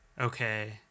Okay